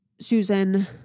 Susan